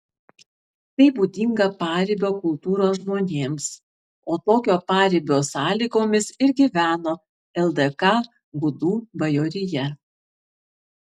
tai būdinga paribio kultūros žmonėms o tokio paribio sąlygomis ir gyveno ldk gudų bajorija